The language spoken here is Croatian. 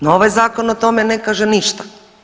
No ovaj zakon o tome ne kaže ništa.